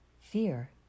Fear